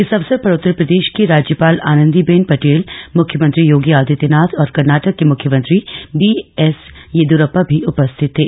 इस अवसर पर उत्तर प्रदेश की राज्यपाल आनंदीबेन पटेल मुख्यमंत्री योगी आदित्यनाथ और कर्नाटक के मुख्यमंत्री बी एस येदियुरप्पा भी उपस्थित थे